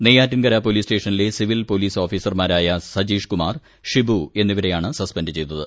നെയ്യാറ്റിൻകര പൊലീസ്റ്റേഷനിലെ civil police ഓഫീസർമാരായ സജീഷ് കുമാർ ഷിബു എന്നിവരെയാണ് സസ്പെൻഡ് ചെയ്തത്